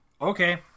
Okay